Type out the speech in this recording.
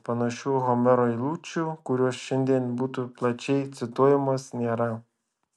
panašių homero eilučių kurios šiandien būtų plačiai cituojamos nėra